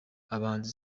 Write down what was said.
abahanzi